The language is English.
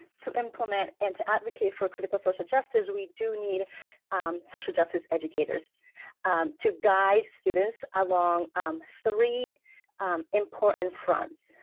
to implement and to advocate for a critical social justice, we do need social justice educators to guide students along three important fronts.